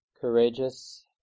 Courageous